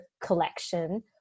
collection